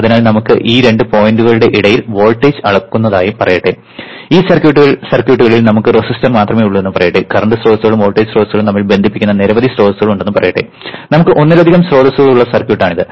അതിനാൽ നമുക്ക് ഈ രണ്ട് പോയിന്റുകളുടെ ഇടയിൽ വോൾട്ടേജ് അളക്കുന്നതായും പറയട്ടെ ഈ സർക്യൂട്ടുകളിൽ നമുക്ക് റെസിസ്റ്റർ മാത്രമേ ഉള്ളൂ എന്ന് പറയട്ടെ കറണ്ട് സ്രോതസ്സുകളും വോൾട്ടേജ് സ്രോതസ്സുകളും തമ്മിൽ ബന്ധിപ്പിച്ചിരിക്കുന്ന നിരവധി സ്രോതസ്സുകൾ ഉണ്ടെന്ന് പറയട്ടെ നമുക്ക് ഒന്നിലധികം സ്രോതസ്സുകളുള്ള സർക്യൂട്ടാണിത്